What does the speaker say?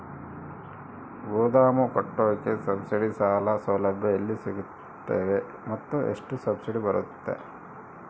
ಗೋದಾಮು ಕಟ್ಟೋಕೆ ಸಬ್ಸಿಡಿ ಸಾಲ ಸೌಲಭ್ಯ ಎಲ್ಲಿ ಸಿಗುತ್ತವೆ ಮತ್ತು ಎಷ್ಟು ಸಬ್ಸಿಡಿ ಬರುತ್ತೆ?